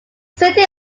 city